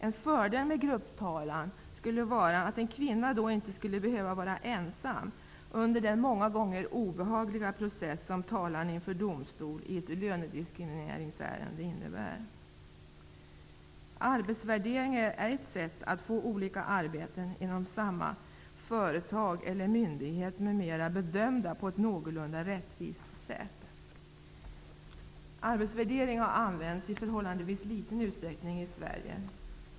En fördel med grupptalan skulle vara att en kvinna då inte skulle behöva vara ensam under den många gånger obehagliga process som talan inför domstol i ett lönediskrimineringsärende innebär. Arbetsvärdering är ett sätt att få olika arbeten inom samma företag eller myndighet m.m. bedömda på ett någorlunda rättvist sätt. Arbetsvärdering har använts i förhållandvis liten utsträckning i Sverige.